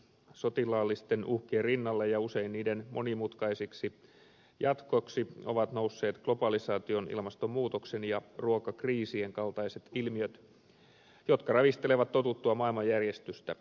sotilaallisten uhkien rinnalle ja usein niiden monimutkaiseksi jatkoksi ovat nousseet globalisaation ilmastonmuutoksen ja ruokakriisien kaltaiset ilmiöt jotka ravistelevat totuttua maailmanjärjestystä